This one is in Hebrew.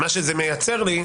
מה שזה מייצר לי,